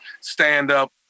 stand-up